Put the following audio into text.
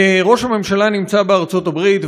ראש הממשלה נמצא בארצות-הברית,